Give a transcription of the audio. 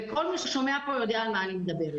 וכל מי ששומע כאן יודע על מה אני מדברת.